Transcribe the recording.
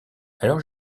alors